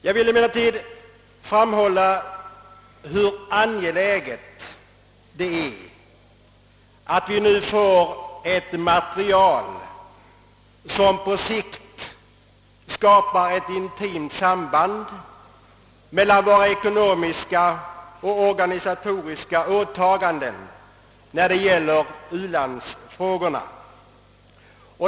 Jag vill emellertid framhålla hur angeläget det är att vi nu får ett material som på sikt skapar ett intimt samband mellan våra ekonomiska och organisatoriska åtaganden när det gäller u-landsfrågorna.